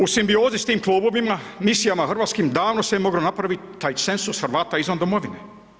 U simbiozi s tim klubovima, misijama hrvatskim, davno se je moglo napraviti taj cenzus Hrvata izvan domovine.